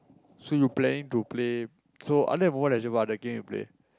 so you planning to play so other than Mobile-Legend what other game you play